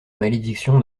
malédiction